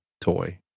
toy